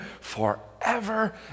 forever